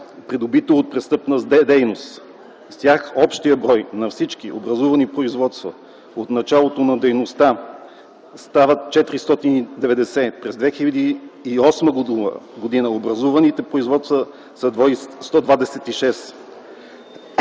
придобито от престъпна дейност. С тях общият брой на всички образувани производства от началото на дейността на КУИППД става 490. През 2008 г. образуваните производства са 126.